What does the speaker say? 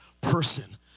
person